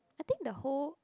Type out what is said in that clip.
I think the whole